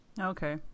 Okay